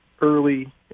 early